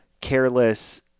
careless